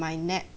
my nap